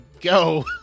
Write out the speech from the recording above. go